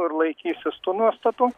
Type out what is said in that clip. ir laikysis tų nuostatų